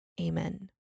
amen